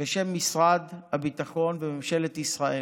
בשם משרד הביטחון וממשלת ישראל.